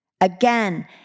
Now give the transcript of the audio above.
Again